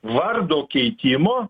vardo keitimo